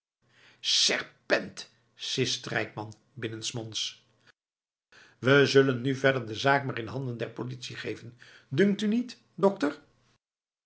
serpent sist strijkman binnensmonds we zullen nu verder de zaak maar in handen der politie geven dunkt u niet dokter